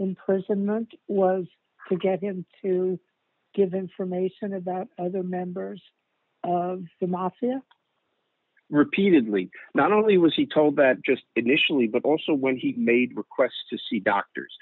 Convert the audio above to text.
in prison meant was to get him to give information about other members of the mafia repeatedly not only was he told that just initially but also when he made requests to see doctors